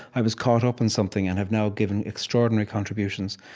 i was caught up in something, and have now given extraordinary contributions.